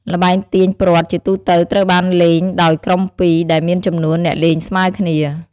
ល្បែងទាញព្រ័ត្រជាទូទៅត្រូវបានលេងដោយក្រុមពីរ ដែលមានចំនួនអ្នកលេងស្មើគ្នា។